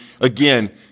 Again